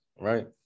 right